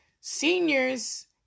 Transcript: seniors